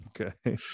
okay